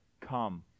come